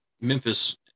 Memphis